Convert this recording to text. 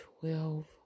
twelve